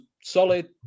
solid